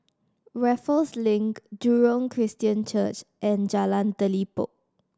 Raffles Link Jurong Christian Church and Jalan Telipok